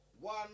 one